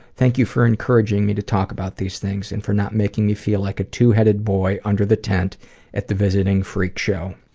thank you for encouraging me to talk about these things, and for not making me feel like a two-headed boy under the tent at the visiting freak show.